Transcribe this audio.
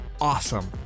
Awesome